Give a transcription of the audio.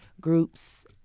groups